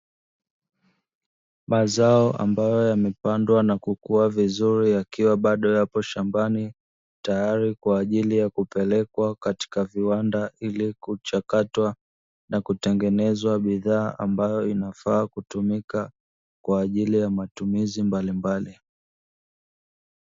Mazao ambayo yamepandwa na kukua vizuri yakiwa bado yapo shambani tayari kwajili ya kupelekwa katika viwanda ili kuchakatwa na kutengenezwa bidhaa ambayo inafaa kutumika kwajili ya matumizi mbalimbali.